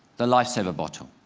the lifesaver bottle.